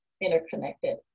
interconnected